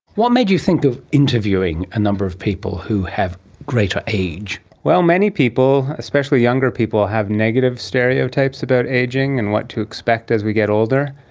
what made you think of interviewing a number of people who have greater age? well, many people, especially younger people, have negative stereotypes about ageing and what to expect as we get older.